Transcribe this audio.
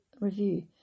review